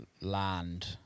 land